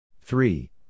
three